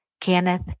Kenneth